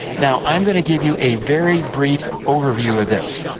now, i am going to give you a very brief overview of this.